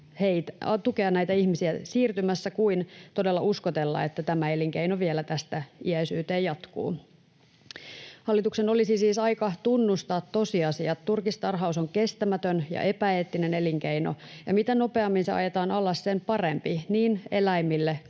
tukea näitä ihmisiä siirtymässä kuin todella uskotella, että tämä elinkeino vielä tästä iäisyyteen jatkuu. Hallituksen olisi siis aika tunnustaa tosiasiat. Turkistarhaus on kestämätön ja epäeettinen elinkeino, ja mitä nopeammin se ajetaan alas, sen parempi niin eläimille kuin